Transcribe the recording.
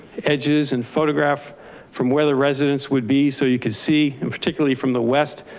edges and photograph from where the residents would be. so you could see in particularly from the west,